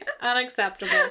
Unacceptable